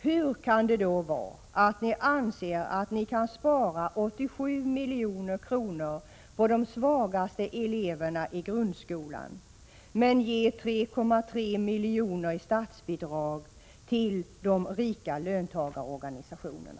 Hur kan ni då anse att ni kan spara 87 milj.kr. på de svagaste eleverna i grundskolan men ändå vilja ge 3,3 milj.kr. i statsbidrag till de rika löntagarorganisationerna?